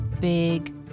big